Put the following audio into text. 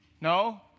No